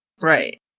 Right